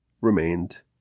remained